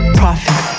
profit